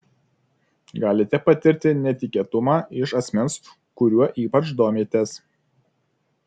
galite patirti netikėtumą iš asmens kuriuo ypač domitės